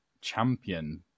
champion